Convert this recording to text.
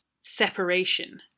separation